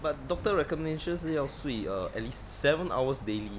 but doctor recommendation 是要睡 err at least seven hours daily